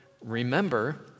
remember